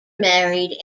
married